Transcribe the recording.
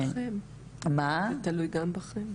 זה תלוי גם בכם.